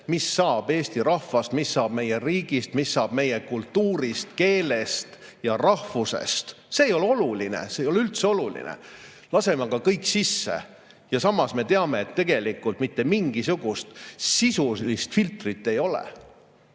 mis saab Eesti rahvast, mis saab meie riigist, mis saab meie kultuurist, keelest ja rahvusest. See ei ole oluline. See ei ole üldse oluline! Laseme aga kõik sisse! Ja samas me teame, et tegelikult mitte mingisugust sisulist filtrit ei ole.